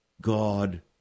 God